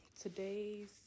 Today's